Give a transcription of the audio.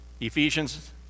Ephesians